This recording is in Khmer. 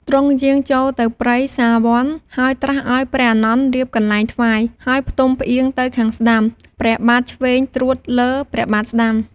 ទ្រង់យាងចូលទៅព្រៃសាលវន្ត ហើយត្រាស់ឲ្យព្រះអានន្ទរៀបកន្លែងថ្វាយ ហើយផ្ទុំផ្អៀងទៅខាងស្តាំ ព្រះបាទឆ្វេងត្រួតលើព្រះបាទស្តាំ។